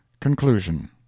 conclusion